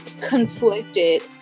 Conflicted